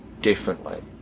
differently